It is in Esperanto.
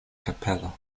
kapelo